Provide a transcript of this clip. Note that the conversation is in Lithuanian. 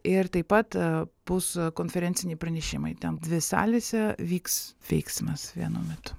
ir taip pat bus konferenciniai pranešimai ten dvi salėse vyks veiksmas vienu metu